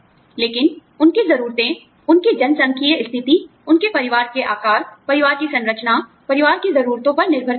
लेकिन उनकी जरूरतें उनकी जनसांख्यिकीय स्थिति उनके परिवार के आकार परिवार की संरचना परिवार की ज़रूरतों पर निर्भर करती हैं